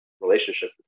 relationship